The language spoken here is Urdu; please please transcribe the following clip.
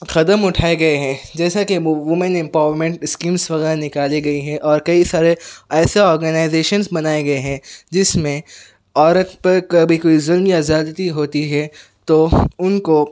قدم اٹھائے گئے ہیں جیسا کہ وومن امپاورمینٹ اسکیمس وغیرہ نکالی گئی ہیں اور کئی سارے ایسے آرگنائزیشنس بنائے گئے ہیں جس میں عورت پر کبھی کوئی ظلم یا زیادتی ہوتی ہے تو ان کو